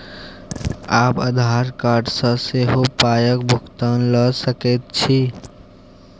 आब आधार कार्ड सँ सेहो पायक भुगतान ल सकैत छी